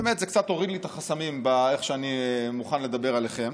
זה קצת הוריד לי את החסמים באיך שאני מוכן לדבר עליכם,